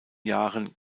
jahren